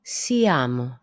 siamo